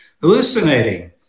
hallucinating